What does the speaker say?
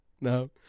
no